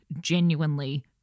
genuinely